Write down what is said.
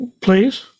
Please